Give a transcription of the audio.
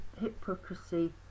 hypocrisy